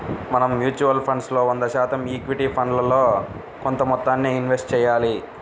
మనం mutual funds లో వంద శాతం ఈక్విటీ ఫండ్లలో కొంత మొత్తాన్నే ఇన్వెస్ట్ చెయ్యాలి